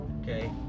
okay